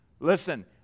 Listen